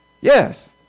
Yes